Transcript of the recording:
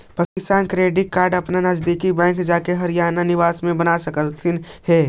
पशु किसान credit card अपन नजदीकी बैंक में जाके हरियाणा निवासी बनवा सकलथीन हे